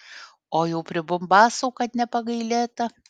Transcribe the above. o jau pribumbasų kad nepagailėta